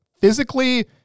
physically